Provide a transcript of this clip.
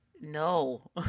No